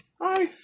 Hi